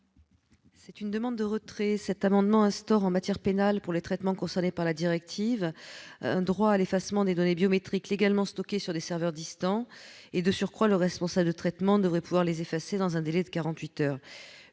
Cet amendement tend à instaurer, en matière pénale, pour les traitements concernés par la directive, un droit à l'effacement des données biométriques légalement stockées sur des serveurs distants. De surcroît, le responsable de traitement devrait pouvoir les effacer dans un délai de